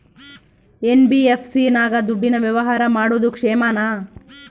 NBFC ನಾಗ ದುಡ್ಡಿನ ವ್ಯವಹಾರ ಮಾಡೋದು ಕ್ಷೇಮಾನ?